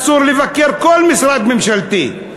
אסור לבקר כל משרד ממשלתי.